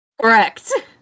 Correct